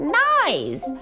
nice